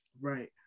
Right